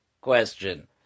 question